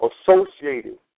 associated